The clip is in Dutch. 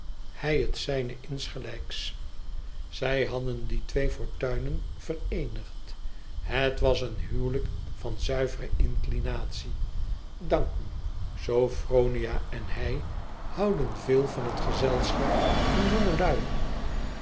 hij het zijne insgelijks zij hadden die twee fortuinen vereenigd het was een huwelijk van zuivere inclinatie dank u sophronia en hij houden veel van het gezelschap van jongelui